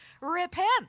Repent